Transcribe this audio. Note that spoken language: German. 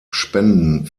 spenden